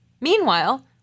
Meanwhile